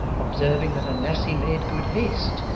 observing that unless he made good haste,